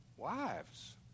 Wives